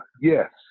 yes